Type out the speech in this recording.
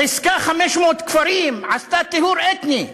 ריסקה 500 כפרים, עשתה טיהור אתני.